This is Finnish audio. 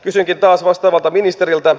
kysynkin taas vastaavalta ministeriltä